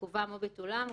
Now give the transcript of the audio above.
עיכובם או ביטולם,